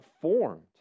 formed